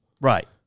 right